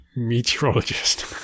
meteorologist